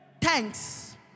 thanks